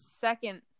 second